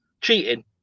cheating